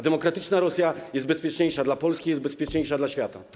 Demokratyczna Rosja jest bezpieczniejsza dla Polski, jest bezpieczniejsza dla świata.